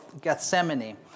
Gethsemane